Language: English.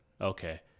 Okay